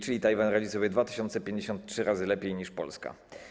Czyli Tajwan radzi sobie 2053 razy lepiej niż Polska.